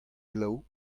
glav